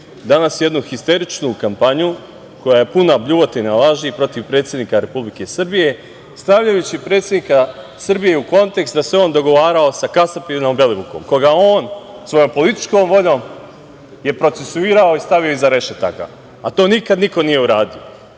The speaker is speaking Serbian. danas jednu histeričnu kampanju koja je puna bljuvotina i laži protiv predsednika Republike Srbije stavljajući predsednika Srbije u kontekste da se on dogovarao sa kasapinom Belivukom koga on, svojom političkom voljom je procesuirao i stavio iza rešetaka, a to nikad niko nije uradio. Sada